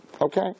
Okay